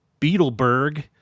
Beetleberg